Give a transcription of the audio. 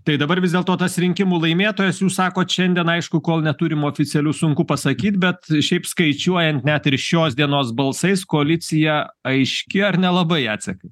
tai dabar vis dėl to tas rinkimų laimėtojas jūs sakot šiandien aišku kol neturim oficialių sunku pasakyt bet šiaip skaičiuojant net ir šios dienos balsais koalicija aiški ar nelabai jacekai